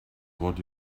what